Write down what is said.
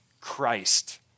Christ